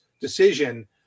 decision